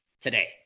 today